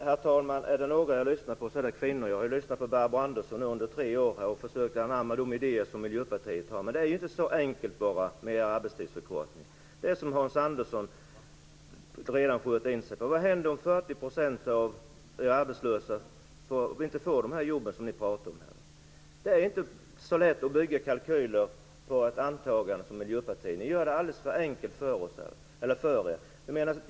Herr talman! Är det några jag lyssnar på är det kvinnor. Jag har lyssnat på Barbro Johansson i tre år och försökt att anamma de idéer som Miljöpartiet har. Men det är inte så enkelt med arbetstidsförkortning. Det är det som Hans Andersson redan insett. Vad händer om 40 % av de arbetslösa inte får de jobb som ni pratar om? Det är inte så lätt så att man kan göra kalkyler på ett antagande, som Miljöpartiet gör. Ni gör det alldeles för enkelt för er.